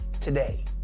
today